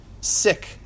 sick